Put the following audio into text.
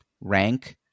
rank